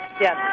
Yes